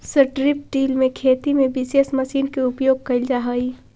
strip till में खेती में विशेष मशीन के उपयोग कैल जा हई